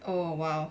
oh !wow!